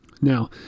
Now